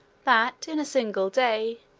that, in a single day,